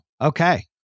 Okay